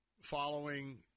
following